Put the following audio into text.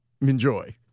Enjoy